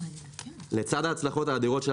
מגיעות גם תופעות הלוואי הפחות נעימות.